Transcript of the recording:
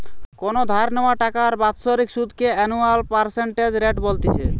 কোনো ধার নেওয়া টাকার বাৎসরিক সুধ কে অ্যানুয়াল পার্সেন্টেজ রেট বলতিছে